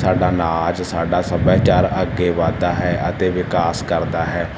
ਸਾਡਾ ਨਾਚ ਅੱਜ ਸਾਡਾ ਸਭਿਆਚਾਰ ਅੱਗੇ ਵੱਧਦਾ ਹੈ ਅਤੇ ਵਿਕਾਸ ਕਰਦਾ ਹੈ